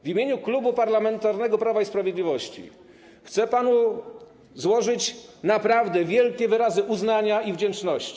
W imieniu Klubu Parlamentarnego Prawo i Sprawiedliwość chcę panu złożyć naprawdę wielkie wyrazy uznania i wdzięczności.